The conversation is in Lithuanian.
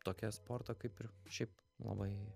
tokia sporto kaip ir šiaip labai